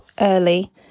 early